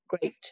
great